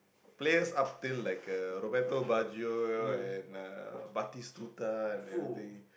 players up till like uh Roberto-Bargio you know and uh Batistoota and everything